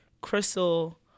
Crystal